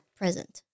present